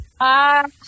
Hi